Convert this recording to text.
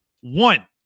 One